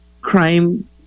crime